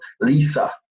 lisa